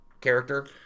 character